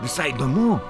visai įdomu